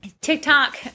TikTok